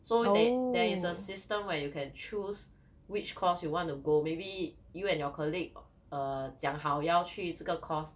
so there there is a system where you can choose which course you want to go maybe you and your colleague err 讲好要去这个 course